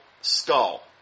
skull